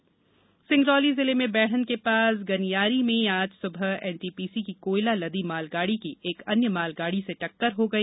दुर्घटना सिंगरोली जिले में बैढ़न के पास गनियारी में आज सुबह एनटीपीसी की कोयला लदी मालगाड़ी की एक अन्य मालगाड़ी से टक्कर हो गई